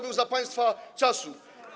był za państwa czasów.